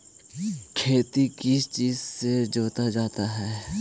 खेती किस चीज से जोता जाता है?